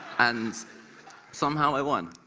and somehow, i won,